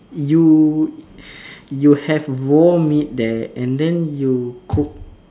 you you have raw meat there and then you cook